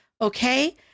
Okay